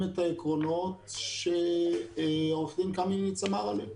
את העקרונות שעו"ד קמיניץ דיבר עליהם.